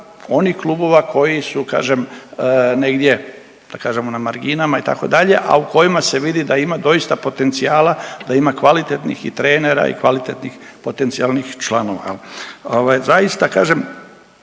onih klubova koji su kažem, negdje, da kažemo na marginama, itd., a u kojima se vidi da ima doista potencijala, da ima kvalitetnih i trenera i kvalitetnih potencijalnih članova. Zaista, kažem,